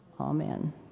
Amen